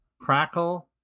Crackle